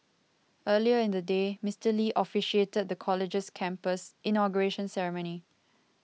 earlier in the day Mister Lee officiated the college's campus inauguration ceremony